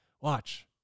watch